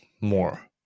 more